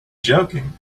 joking